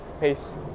Peace